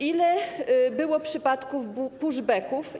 Ile było przypadków pushbacków?